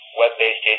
web-based